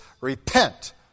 repent